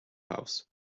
house